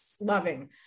Loving